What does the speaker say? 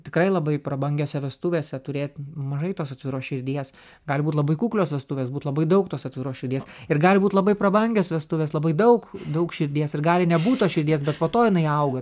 tikrai labai prabangiose vestuvėse turėti mažai tos atviros širdies gali būt labai kuklios vestuvės būti labai daug tos atviros širdies ir gali būti labai prabangios vestuvės labai daug daug širdies ir gali nebūt tos širdies bet po to jinai auga